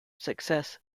success